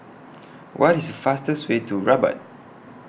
What IS The fastest Way to Rabat